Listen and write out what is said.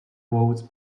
votes